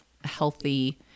healthy